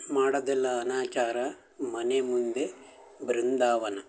ಮಾಡೋದೆಲ್ಲ ಅನಾಚಾರ ಮನೆ ಮುಂದೆ ಬೃಂದಾವನ